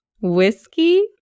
Whiskey